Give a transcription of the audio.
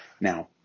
Now